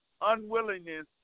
unwillingness